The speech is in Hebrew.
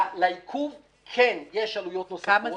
לעיכוב כן יש עלויות נוספות.